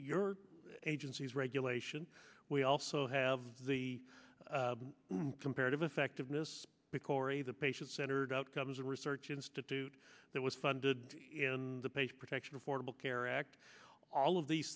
your agency's regulation we also have the comparative effectiveness because the patient centered outcomes a research institute that was funded in the page protection affordable care act all of these